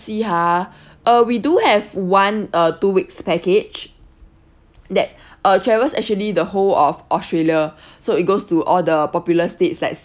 see har uh we do have one uh two weeks package that uh travel actually the whole of australia so it goes to all the popular states like